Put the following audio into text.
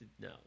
no